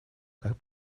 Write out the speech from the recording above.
как